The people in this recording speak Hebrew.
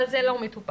אבל זה לא מטופל.